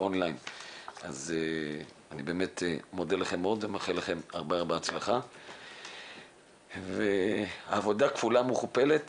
אני באמת מודה לכם מאוד ומאחל לכם הרבה הצלחה ועבודה כפולה ומכופלת